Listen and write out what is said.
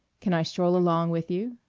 can i stroll along with you?